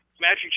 Magic